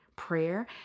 prayer